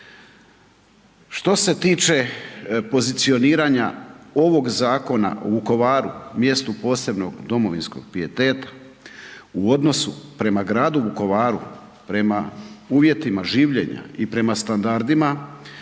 Što se tiče pozicioniranja ovog Zakona o Vukovaru mjestu posebnog domovinskog pijeteta u odnosu prema gradu Vukovaru, prema uvjetima življenja i prema standardima